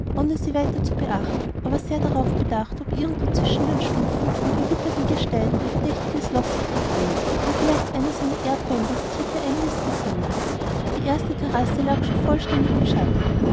ohne sie weiter zu beachten aber sehr darauf bedacht ob irgendwo zwischen den stufen im verwitterten gestein ein verdächtiges loch sich befände wo vielleicht einer seiner erbfeinde sich hätte einnisten können die erste terrasse lag schon vollständig im schatten